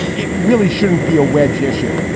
it really shouldn't be a wedge issue.